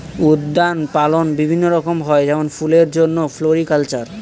উদ্যান পালন বিভিন্ন রকম হয় যেমন ফুলের জন্যে ফ্লোরিকালচার